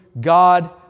God